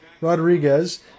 Rodriguez